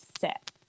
set